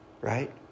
right